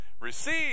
receive